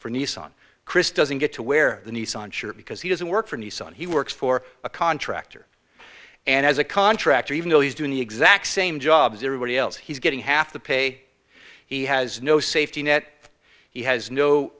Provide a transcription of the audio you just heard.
for nissan chris doesn't get to wear the nissan sure because he doesn't work for nissan he works for a contractor and as a contractor even though he's doing the exact same job as everybody else he's getting half the pay he has no safety net he has